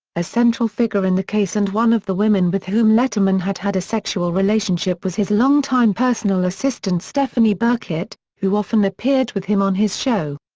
a central figure in the case and one of the women with whom letterman had had a sexual relationship was his longtime personal assistant stephanie birkitt, who often appeared with him on his show.